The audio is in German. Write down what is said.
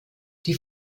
die